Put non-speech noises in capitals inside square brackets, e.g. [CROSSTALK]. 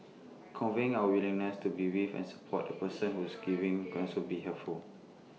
conveying our willingness to be with and support [NOISE] the person who is grieving can also be helpful